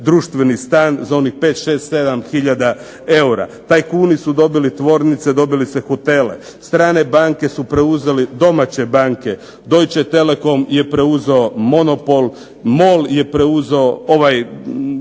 društveni stan za onih pet, šest, sedam hiljada eura. Tajkuni su dobili tvornice, dobili su hotele. Strane banke su preuzeli domaće banke. Deutsche Telekom je preuzeo mobitel, MOL je preuzeo INA-u.